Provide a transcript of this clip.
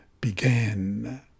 began